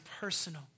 personal